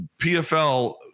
PFL